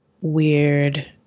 weird